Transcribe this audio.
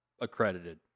accredited